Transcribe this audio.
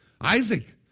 Isaac